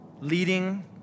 leading